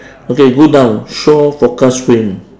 okay go down shore forecast rain